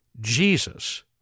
Jesus